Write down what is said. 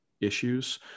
issues